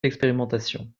l’expérimentation